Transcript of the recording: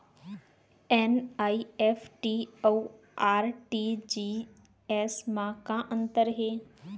NEFT अऊ RTGS मा का अंतर हे?